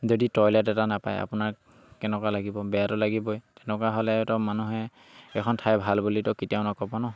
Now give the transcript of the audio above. যদি টয়লেট এটা নাপায় আপোনাৰ কেনেকুৱা লাগিব বেয়াতো লাগিবই তেনেকুৱা হ'লেতো মানুহে এখন ঠাই ভাল বুলিকৈ কেতিয়াও নক'ব ন